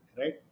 Right